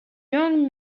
young